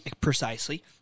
Precisely